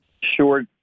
Sure